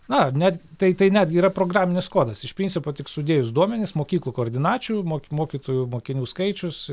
na net tai tai netgi yra programinis kodas iš principo tik sudėjus duomenis mokyklų koordinačių mok mokytojų mokinių skaičius